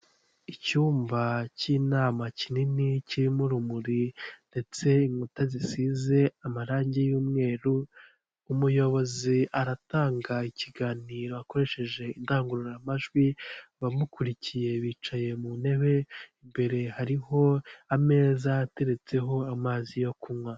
Ni mu isoko ry'ibiribwa harimo abantu bagaragara ko bari kugurisha, ndabona imboga zitandukanye, inyuma yaho ndahabona ibindi bintu biri gucuruzwa ,ndahabona ikimeze nk'umutaka ,ndahabona hirya ibiti ndetse hirya yaho hari n'inyubako.